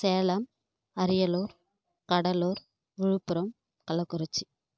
Salem Ariyalur Cuddalore Villupuram Kallakurichi